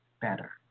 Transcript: better